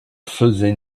faisait